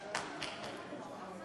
ראשית,